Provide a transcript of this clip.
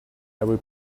every